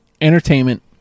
entertainment